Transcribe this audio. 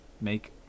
make